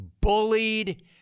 bullied